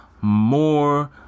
more